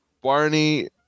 Barney